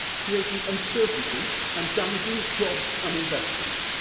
creating uncertainty and damaging jobs and investment,